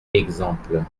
exemple